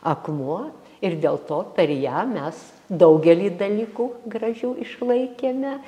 akmuo ir dėl to per ją mes daugelį dalykų gražių išlaikėme